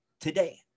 today